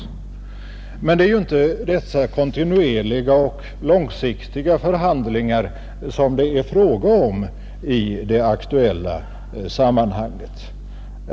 Men det är ju inte dessa kontinuerliga och långsiktiga förhandlingar som det är fråga om i det aktuella sammanhanget.